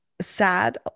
sad